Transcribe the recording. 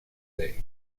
day